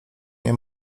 nie